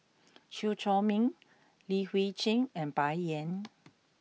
Chew Chor Meng Li Hui Cheng and Bai Yan